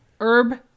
Herb